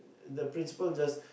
the principal just